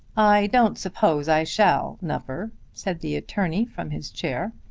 i don't suppose i shall, nupper, said the attorney from his chair.